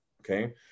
okay